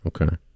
Okay